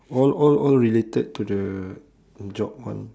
all all all related to the job one